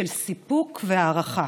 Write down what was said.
של סיפוק והערכה.